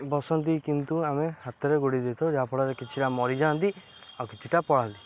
ବସନ୍ତି କିନ୍ତୁ ଆମେ ହାତରେ ଗୋଡ଼େଇ ଦେଇଥାଉ ଯାହାଫଳରେ କିଛିଟା ମରିଯାଆନ୍ତି ଆଉ କିଛିଟା ପଳାନ୍ତି